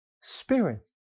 Spirit